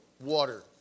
water